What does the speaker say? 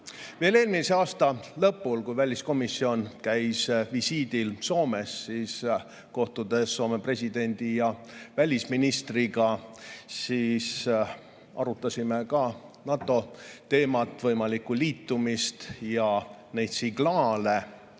Veel eelmise aasta lõpul, kui väliskomisjon käis visiidil Soomes ning kohtuti Soome presidendi ja välisministriga, arutasime ka NATO teemat, võimalikku liitumist, aga neid signaale